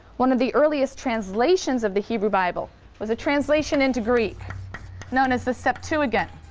one of the earliest translations of the hebrew bible was a translation into greek known as the septuagint.